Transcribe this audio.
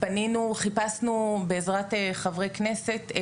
חיפשנו בעזרת חברי כנסת,